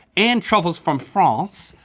and truffles from france.